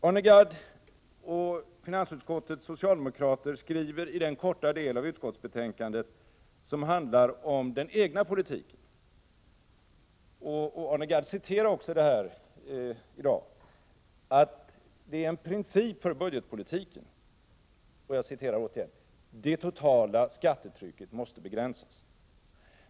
Arne Gadd och finansutskottets övriga socialdemokrater skriver i den korta del av utskottsbetänkandet som handlar om den egna politiken — Arne Gadd citerade det också i dag — att det är en princip för budgetpolitiken att ”det totala skattetrycket måste begränsas”.